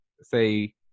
say